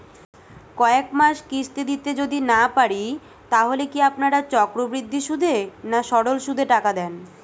কয়েক মাস কিস্তি দিতে যদি না পারি তাহলে কি আপনারা চক্রবৃদ্ধি সুদে না সরল সুদে টাকা দেন?